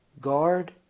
guard